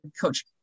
coach